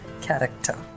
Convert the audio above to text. character